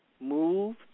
move